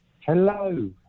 Hello